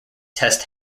test